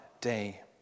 day